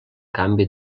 canvi